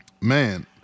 Man